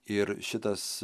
ir šitas